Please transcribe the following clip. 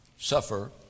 suffer